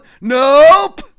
Nope